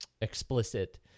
explicit